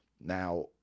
Now